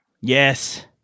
yes